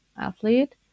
athlete